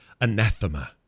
Anathema